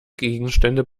gegenstände